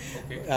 okay